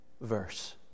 verse